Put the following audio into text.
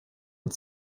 und